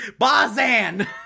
Bozan